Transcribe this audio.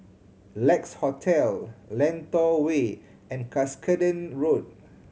Lex Hotel Lentor Way and Cuscaden Road